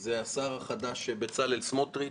זה השר החדש בצלאל סמוטריץ'